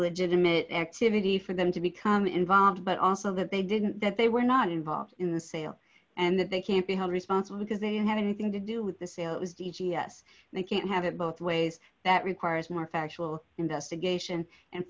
illegitimate activity for them to become involved but also that they didn't that they were not involved in the sale and that they can't be held responsible because they didn't have anything to do with the sale is easy yes they can have it both ways that requires more factual investigation and